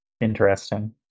Interesting